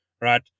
right